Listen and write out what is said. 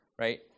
right